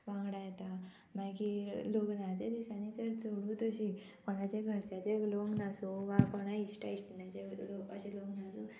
वांगडा येता मागीर लग्नाच्या दिसांनी तर चडूत अशी कोणाचे घरच्याचें लग्न आसूं वा कोणा इश्टा इश्टनाचे अशे लग्न आसूं